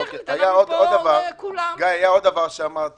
אז טכנית --- גיא, היה עוד דבר שהעלינו.